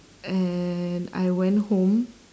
and I went home